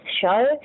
show